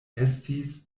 estis